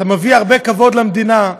אתה מביא הרבה כבוד למדינה,